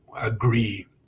agree